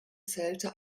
zählte